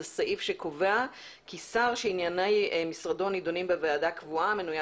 סעיף שקובע כי שר שענייני משרדו נדונים בוועדה קבועה המנויה